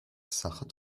sacher